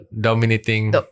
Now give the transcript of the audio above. Dominating